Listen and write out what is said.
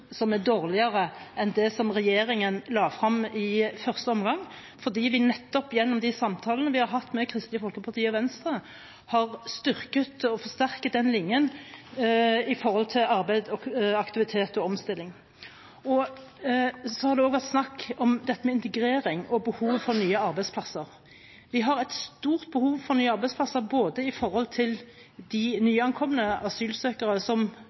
som er dårligere enn det som regjeringen la frem i første omgang, fordi vi nettopp gjennom de samtalene vi har hatt med Kristelig Folkeparti og Venstre, har styrket og forsterket den linjen med tanke på arbeid, aktivitet og omstilling. Så har det også vært snakk om integrering og behovet for nye arbeidsplasser. Vi har et stort behov for nye arbeidsplasser både for de nyankomne asylsøkerne som